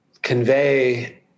convey